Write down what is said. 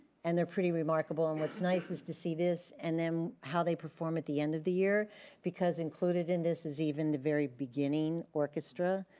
and they're pretty remarkable and what's nice is to see this and then how they perform at the end of the year because included in this is even the very beginning orchestra.